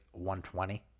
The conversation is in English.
120